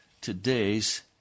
today's